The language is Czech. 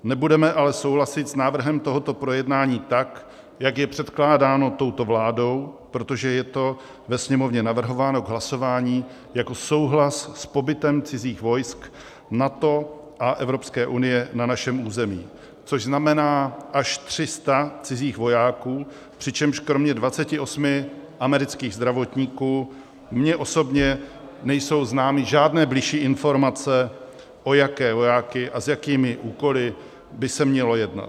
Nebudeme ale souhlasit s návrhem tohoto projednání tak, jak je předkládáno touto vládou, protože je to ve Sněmovně navrhováno k hlasování jako souhlas s pobytem cizích vojsk NATO a Evropské unie na našem území, což znamená až 300 cizích vojáků, přičemž kromě 28 amerických zdravotníků mně osobně nejsou známy žádné bližší informace, o jaké vojáky a s jakými úkoly by se mělo jednat.